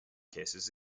cases